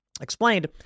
explained